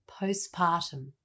postpartum